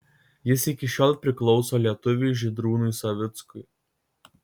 jis iki šiol priklauso lietuviui žydrūnui savickui